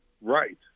Right